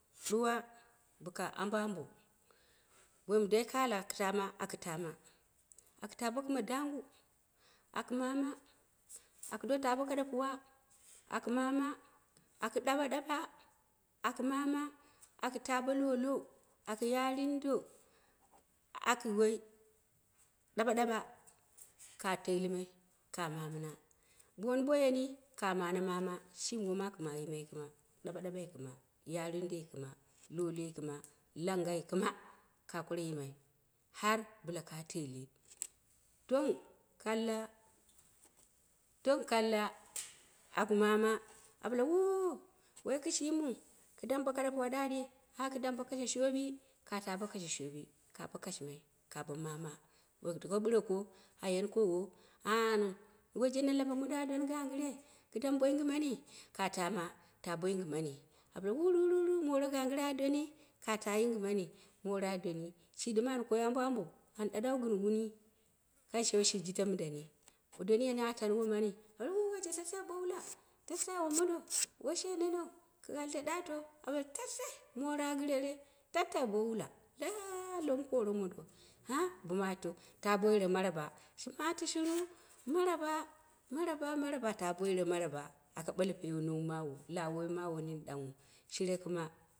Duwa bo ka ambo ambo boim dai ka ala aku taama, aku taama, aka taa bo kɨm e danggu, aki mama aku do taa bo kaɗe puwa, aki mama, aku ɗaɓa dapa, aku mama, aku taha lolo, aka yarindo, aku woi ɗaɓa-ɗape ka teelɨmai ka ma mina booni bo yeni ka mane mama shimi woma aka mane yimai kɨma ɗabaɗapai kɨmyirindoi kɨma ka koro yimai, har bɨla ka teele. Tong kal tong kalla aka mama, a ɓan wuuu, woi kɨshimɨu kɨ dam bo kaɗe puwa ɗaɗii, ki da bo kashe shooɓi, ka tee bo kashe shooɓi, ka bo kashɨmai ka bo mama bo ku taku ɓɨreko a yeni kowo ah waije na lambe mondo a ɗo ni gangɨre, kɨ dam bo yingɨma ni ka kama, ta bo yingɨmni. A ɓale wurururu, na la be mon ganggɨre a dooni ka taa yingɨmani. Moro a dooni, shi ɗɨm an koi ambo ambo and daɨau gɨn wuni, kam shire jɨto mindani, bo doni yani tani omani oh waije tatatai bo wula o- mondo wai she neneu ki alde ɗato? Tatatai moro a gɨrera tattatai bo wula, ah lom kor omondo, ah bo matito ta bo yiro maraba, shi mati shiru? Maraba maraba maraba ta bo yiro maraba. Aka ɓalmai mawo pee nong mawo, lawa woi maw nini ɗanghe